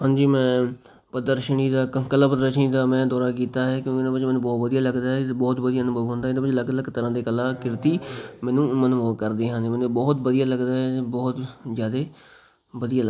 ਹਾਂਜੀ ਮੈਂ ਪ੍ਰਦਰਸ਼ਨੀ ਦਾ ਕ ਕਲਾ ਪ੍ਰਦਰਸ਼ਨੀ ਦਾ ਮੈਂ ਦੌਰਾ ਕੀਤਾ ਹੈ ਕਿਉਂਕਿ 'ਚ ਮੈਨੂੰ ਬਹੁਤ ਵਧੀਆ ਲੱਗਦਾ ਹੈ ਬਹੁਤ ਵਧੀਆ ਅਨੁਭਵ ਹੁੰਦਾ ਇਹਦੇ ਵਿੱਚ ਅਲੱਗ ਅਲੱਗ ਤਰ੍ਹਾਂ ਦੇ ਕਲਾ ਕ੍ਰਿਤੀ ਮੈਨੂੰ ਮਨਮੋਹ ਕਰਦੀਆਂ ਹਨ ਮੈਨੂੰ ਬਹੁਤ ਵਧੀਆ ਲੱਗਦਾ ਹੈ ਬਹੁਤ ਜ਼ਿਆਦੇ ਵਧੀਆ ਲੱਗਦਾ ਹੈ